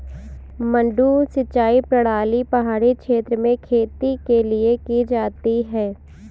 मडडू सिंचाई प्रणाली पहाड़ी क्षेत्र में खेती के लिए की जाती है